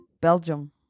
Belgium